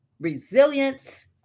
resilience